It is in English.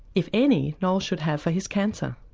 if any, noel should have for his cancer.